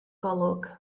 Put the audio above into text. golwg